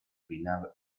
pinar